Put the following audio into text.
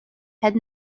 had